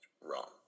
wrong